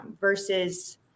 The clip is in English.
versus